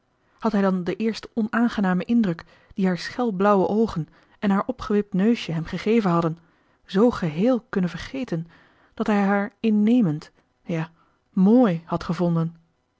had hij dan den eersten onaangenamen indruk dien haar schel blauwe oogen en haar opgewipt neusje hem gegeven hadden zoo geheel kunnen vergeten dat hij haar innemend ja mooi had gevonden